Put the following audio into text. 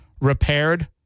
repaired